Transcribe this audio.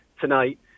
tonight